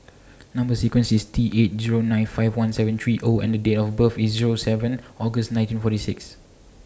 Number sequence IS T eight Zero nine five one seven three O and Date of birth IS Zero seven August nineteen forty six